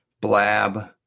blab